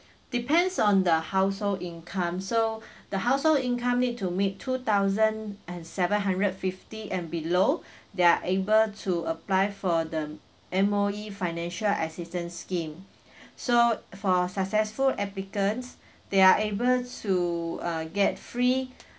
depends on the household income so the household income need to make two thousand and seven hundred fifty and below they're able to apply for the M~ M_O_E financial assistance scheme so uh for successful applicants they are able to uh get free